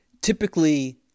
typically